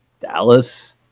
Dallas